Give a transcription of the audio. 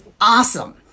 awesome